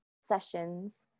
sessions